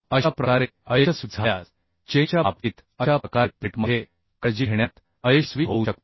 अशा प्रकारे अयशस्वी झाल्यास चेनच्या बाबतीत अशा प्रकारे प्लेटमध्ये काळजी घेण्यात अयशस्वी होऊ शकते